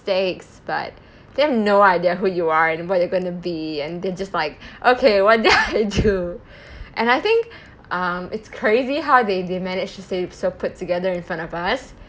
mistakes but they have no idea who you are and what you're going to be and they're just like okay what did I do and I think um it's crazy how they they manage to stay so put together in front of us